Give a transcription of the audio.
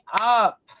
up